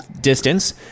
distance